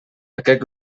aquest